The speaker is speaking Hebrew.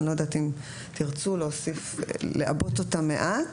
אני לא יודעת אם תרצו לעבות אותה מעט.